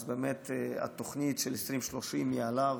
אז באמת התוכנית של 2023 היא עליו,